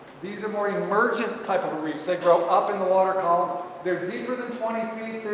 these are more emergent type of reefs they grow up in the water column they're deeper than twenty feet,